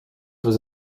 was